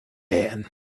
man